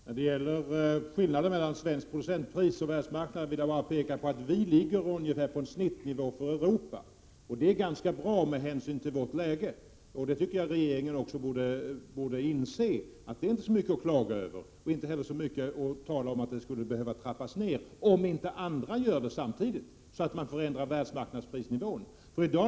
Fru talman! När det gäller skillnaden mellan svenskt producentpris och världsmarknadspris vill jag bara peka på att Sverige ligger ungefär på en snittnivå för Europa. Det är ganska bra med hänsyn till vårt läge, och regeringen borde inse att det inte är så mycket att klaga över. Regeringen behöver inte heller säga att priserna skall trappas ner — om inte andra länder gör det samtidigt, så att världsmarknadsprisnivån förändras.